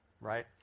right